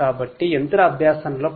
కాబట్టి మెషిన్